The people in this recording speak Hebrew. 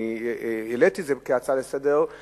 אני העליתי את זה כהצעה לסדר-היום,